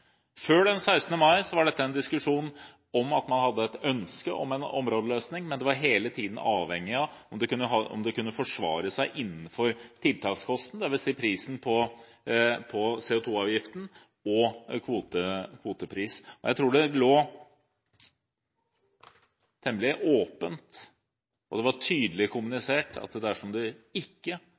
Før den 16. mai var dette en diskusjon hvor man hadde et ønske om en områdeløsning, men det var hele tiden avhengig av om det kunne svare seg innenfor tiltakskostnaden, dvs. prisen på CO2-avgiften og kvotepris. Jeg tror det lå temmelig åpent, og det var tydelig kommunisert, at dersom en ikke